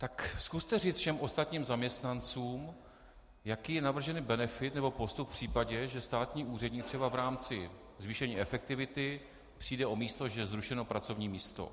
Tak zkuste říct všem ostatním zaměstnancům, jaký je navržený benefit nebo postup v případě, že státní úředník v rámci zvýšení efektivity přijde o místo, že je zrušeno pracovní místo.